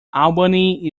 albany